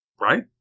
right